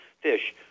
fish